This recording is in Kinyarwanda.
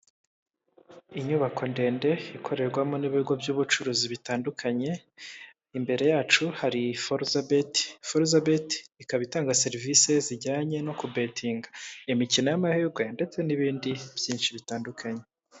Inyubako ndende ikorerwamo n'ibigo by'ubucuruzi bitandukanye, imbere yacu hari foruza beti, foruza beti ikaba itanga serivisi zijyanye no kubetinga ku mikino y'amahirwe ndetse n'ibindi byinshi bitandukanye.